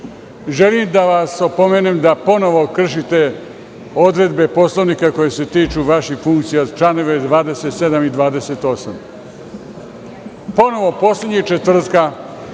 da vas opomenem da ponovo kršite odredbe Poslovnika koje se tiču vaših funkcija; čl. 27. i 28. Ponovo poslednjeg četvrtka